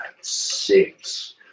six